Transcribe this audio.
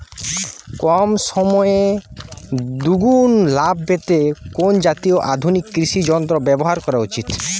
কম সময়ে দুগুন লাভ পেতে কোন জাতীয় আধুনিক কৃষি যন্ত্র ব্যবহার করা উচিৎ?